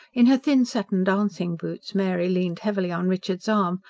in her thin satin dancing-boots, mary leaned heavily on richard's arm,